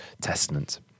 Testament